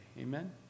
Amen